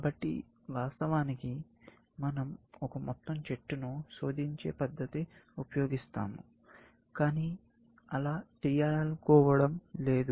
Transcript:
కాబట్టి వాస్తవానికి మనం ఒక మొత్తం చెట్టును శోధించే పద్ధతి ఉపయోగిస్తాము కానీ అలా చేయాలనుకోవడం లేదు